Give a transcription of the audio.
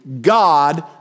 God